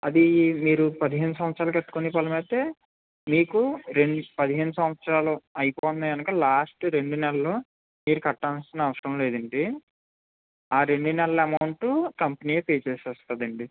అది మీరు పదిహేను సంవత్సరాలకు కట్టుకునే పరమైతే మీకు రెం పదిహేను సంవత్సరాలు అయిపోతున్నాయి అనగా లాస్ట్ రెండు నెలలు మీరు కట్టాల్సిన అవసరం లేదండి ఆ రెండు నెలల అమౌంట్ కంపెనీయే పే చేస్తుందండి